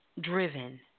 driven